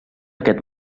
aquest